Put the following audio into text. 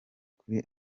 kuri